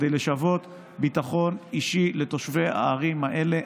כדי לשוות ביטחון אישי לתושבי הערים האלה.